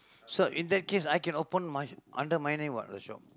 sir in that case I can open my under my name what the shop